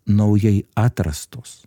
naujai atrastos